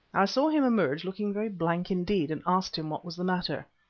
i saw him emerge looking very blank indeed and asked him what was the matter.